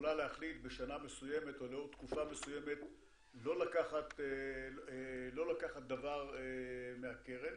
שיכולה להחליט בשנה מסוימת או לאור תקופה מסוימת לא לקחת דבר מהקרן